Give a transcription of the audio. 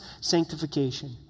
sanctification